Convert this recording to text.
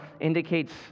indicates